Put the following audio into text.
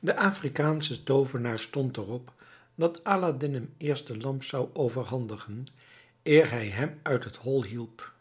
de afrikaansche toovenaar stond er op dat aladdin hem eerst de lamp zou overhandigen eer hij hem uit het hol hielp